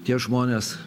tie žmonės